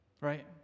Right